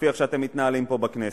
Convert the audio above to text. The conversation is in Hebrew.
לפי איך שאתם מתנהלים פה בכנסת.